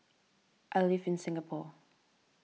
I live in Singapore